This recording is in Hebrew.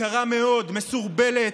יקרה מאוד, מסורבלת.